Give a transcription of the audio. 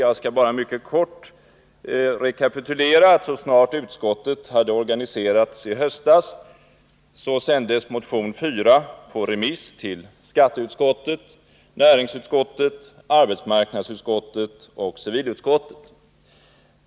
Jag skall bara mycket kortfattat rekapitulera att så snart utskottet hade organiserats i höstas sändes motion 4 på remiss till skatteutskottet, näringsutskottet, arbetsmarknadsutskottet och civilutskottet.